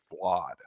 flawed